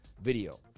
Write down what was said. video